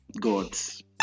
gods